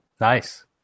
Nice